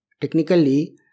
Technically